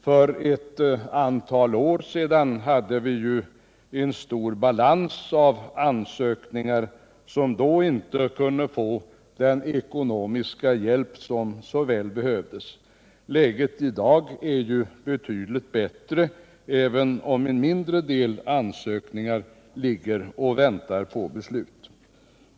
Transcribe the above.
För ett antal år sedan hade vi en stor balans av ansökningar om bidrag till objekt som inte kunde få den ekonomiska hjälp som så väl behövdes. Läget är betydligt bättre i dag, även om en mindre del ansökningar ligger och väntar på beslut.